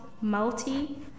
Multi